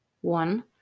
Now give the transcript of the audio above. One